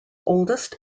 oldest